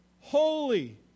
holy